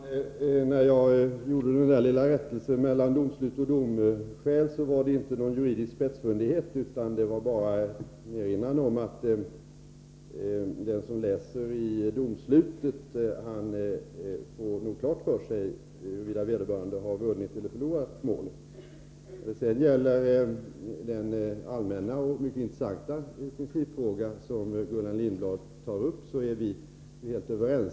Herr talman! När jag gjorde den lilla rättelsen beträffande domslut och domskäl var det inte någon juridisk spetsfundighet. Det var bara en erinran om att den som läser i domslutet nog får klart för sig huruvida vederbörande har vunnit eller förlorat målet. När det sedan gäller den allmänna och mycket intressanta principfråga som Gullan Lindblad tar upp är vi helt överens.